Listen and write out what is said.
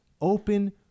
Open